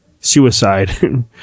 suicide